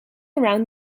around